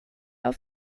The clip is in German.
auf